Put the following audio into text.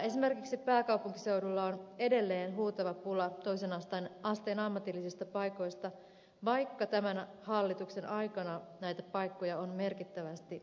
esimerkiksi pääkaupunkiseudulla on edelleen huutava pula toisen asteen ammatillisista paikoista vaikka tämän hallituksen aikana näitä paikkoja on merkittävästi lisätty